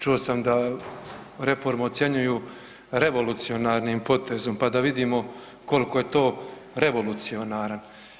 Čuo sam da reformu ocjenjuju revolucionarnim potezom, pa da vidimo kolko je to revolucionaran.